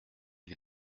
les